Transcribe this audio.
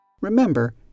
Remember